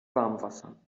warmwasser